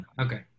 Okay